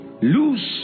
loose